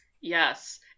Yes